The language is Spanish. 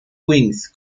queens